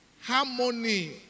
Harmony